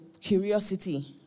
curiosity